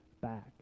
back